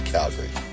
Calgary